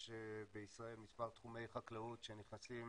יש בישראל מספר תחומי חקלאות שנכנסים